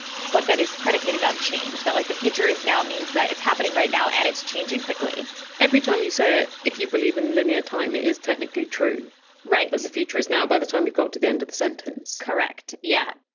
but that is predicated on change. that like the future is now means that it's happening right now and it's changing quickly every time you say it, if you believe in linear time, it is technically true that the future is now, by the time you got to the end of the sentence correct. yeah,